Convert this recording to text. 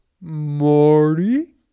Marty